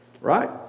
Right